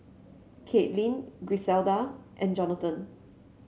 Caitlyn Griselda and Jonathan